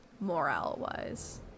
morale-wise